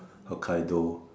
Hokkaido